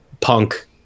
punk